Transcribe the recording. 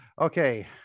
okay